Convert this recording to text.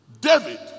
David